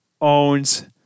owns